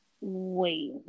Wait